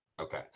Okay